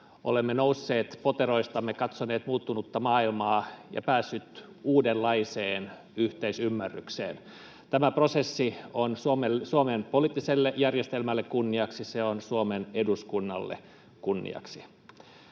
olemme nousseet poteroistamme, katsoneet muuttunutta maailmaa ja päässeet uudenlaiseen yhteisymmärrykseen. Tämä prosessi on Suomen poliittiselle järjestelmälle kunniaksi, se on Suomen eduskunnalle kunniaksi.